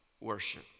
worship